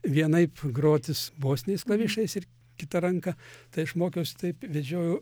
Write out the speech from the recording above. vienaip grotis bosiniais klavišais ir kita ranka tai aš mokiausi taip vedžiojau